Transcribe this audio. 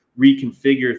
reconfigure